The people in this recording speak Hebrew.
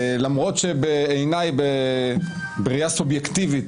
למרות שבעיניי בראייה סובייקטיבית,